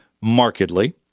markedly